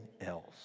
else